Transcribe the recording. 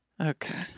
okay